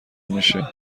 میشه